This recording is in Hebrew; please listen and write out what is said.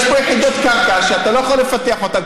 יש פה יחידות קרקע שאתה לא יכול לפתח אותן,